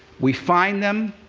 we find them,